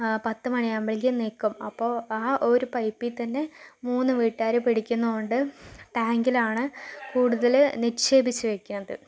പത്തു മണി ആകുമ്പഴേക്കും നിക്കും അപ്പോൾ ആ ഒരു പൈപ്പിൽ തന്നെ മൂന്ന് വീട്ടുകാര് പിടിക്കുന്നത് കൊണ്ട് ടാങ്കിലാണ് കൂടുതല് നിക്ഷേപിച്ച് വയ്ക്കുന്നത്